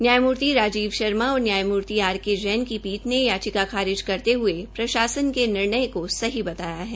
न्यायामूर्ति राजीवन शर्मा और न्यायमूर्ति आर के जैन की पीठ ने याचिका खारिज करते हये प्रशासन ने निर्णय को सही बताया है